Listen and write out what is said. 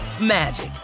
magic